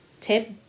tip